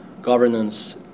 governance